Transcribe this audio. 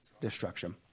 Destruction